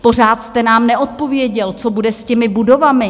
Pořád jste nám neodpověděl, co bude s těmi budovami.